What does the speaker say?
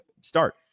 Start